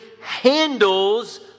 handles